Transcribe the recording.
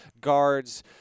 guards